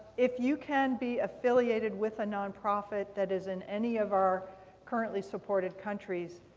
if you can be affiliated with a nonprofit that is in any of our currently supported countries,